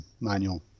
manual